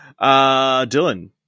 Dylan